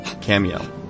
Cameo